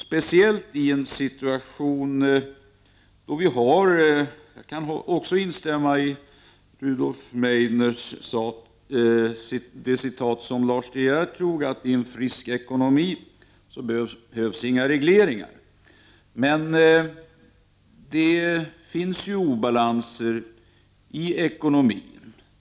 Jag kan instämma i Lars De Geers citat av Rudolf Meidner, att i en frisk ekonomi behövs inga regleringar. Men det finns obalanser i ekonomin.